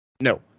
no